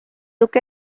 look